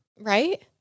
Right